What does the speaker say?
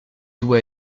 doit